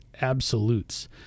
absolutes